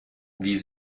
wie